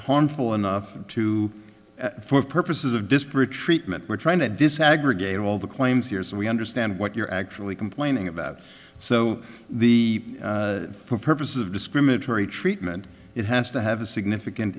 harmful enough to for purposes of disparate treatment we're trying to disaggregate all the claims here so we understand what you're actually complaining about so the for purposes of discriminatory treatment it has to have a significant